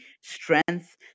strength